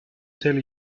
tell